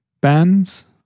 bands